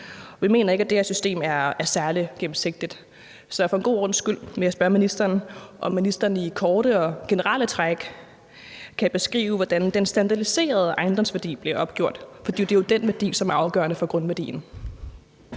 Vi mener ikke, at det her system er særlig gennemsigtigt, så for god ordens skyld vil jeg spørge ministeren, om ministeren i korte og generelle træk kan beskrive, hvordan den standardiserede ejendomsværdi bliver opgjort, for det er jo den værdi, som er afgørende for grundværdien.